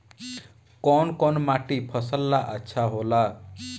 कौन कौनमाटी फसल ला अच्छा होला?